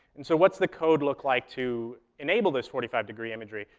and so what's the code look like to enable this forty five degree imagery?